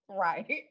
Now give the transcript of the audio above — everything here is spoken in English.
right